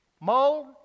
mold